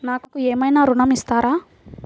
నాకు ఏమైనా ఋణం ఇస్తారా?